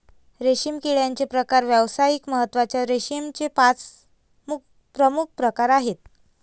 रेशीम किड्याचे प्रकार व्यावसायिक महत्त्वाच्या रेशीमचे पाच प्रमुख प्रकार आहेत